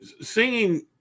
singing